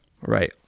right